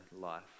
life